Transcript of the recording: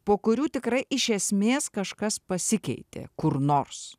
po kurių tikrai iš esmės kažkas pasikeitė kur nors